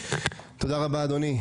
תודה רבה, אדוני.